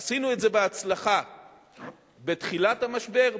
עשינו את זה בהצלחה בתחילת המשבר,